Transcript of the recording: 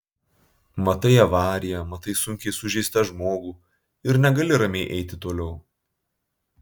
matai avariją matai sunkiai sužeistą žmogų ir negali ramiai eiti toliau